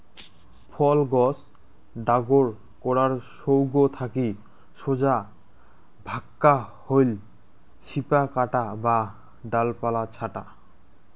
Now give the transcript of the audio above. ফল গছ ডাগর করার সৌগ থাকি সোজা ভাক্কা হইল শিপা কাটা বা ডালপালা ছাঁটা